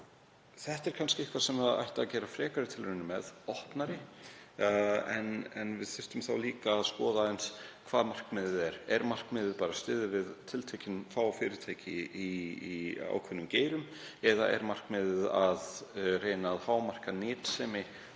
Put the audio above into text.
Þetta er kannski eitthvað sem ætti að gera frekari tilraunir með og þá opnari, en við þyrftum líka að skoða aðeins hvert markmiðið er. Er markmiðið bara að styðja við tiltekin fá fyrirtæki í ákveðnum geirum eða er markmiðið að reyna að hámarka nytsemi